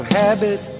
habit